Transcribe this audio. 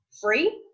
free